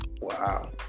Wow